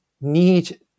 need